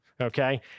okay